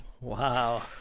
Wow